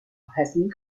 hessen